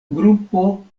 grupo